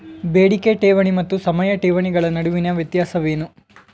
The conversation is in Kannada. ಬೇಡಿಕೆ ಠೇವಣಿ ಮತ್ತು ಸಮಯ ಠೇವಣಿಗಳ ನಡುವಿನ ವ್ಯತ್ಯಾಸವೇನು?